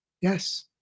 Yes